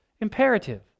imperative